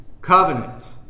covenant